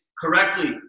correctly